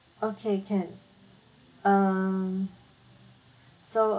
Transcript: okay can um so